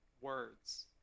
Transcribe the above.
words